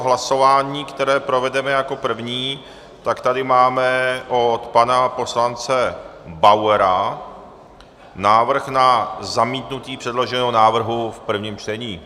Hlasování, které provedeme jako první, tak tady máme od pana poslance Bauera návrh na zamítnutí předloženého návrhu v prvním čtení.